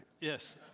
Yes